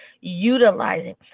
utilizing